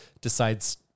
decides